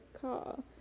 car